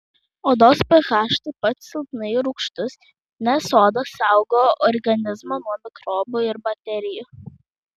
odos ph taip pat silpnai rūgštus nes oda saugo organizmą nuo mikrobų ir bakterijų